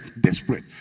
desperate